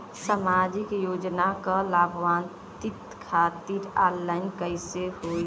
सामाजिक योजना क लाभान्वित खातिर ऑनलाइन कईसे होई?